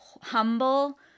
humble